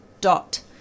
dot